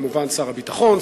כמובן שר הביטחון,